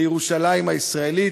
לירושלים הישראלית,